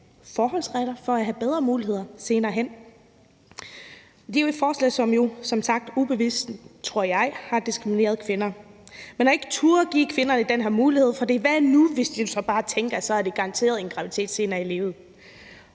forholdsregler for at have bedre muligheder senere hen. Det er et forslag, der som sagt ubevidst, tror jeg, har diskrimineret kvinder. Man har ikke turdet give kvinderne den her mulighed, for hvad nu, hvis de så bare tænker, at de er garanteret en graviditet senere i livet?